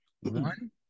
one